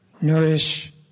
Nourish